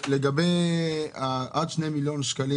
לגבי עד שני מיליון שקלים